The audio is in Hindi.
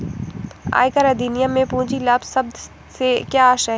आयकर अधिनियम में पूंजी लाभ शब्द से क्या आशय है?